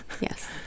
Yes